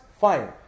fine